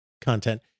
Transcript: content